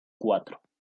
cuatro